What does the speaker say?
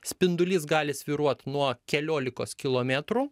spindulys gali svyruot nuo keliolikos kilometrų